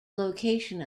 location